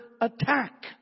attack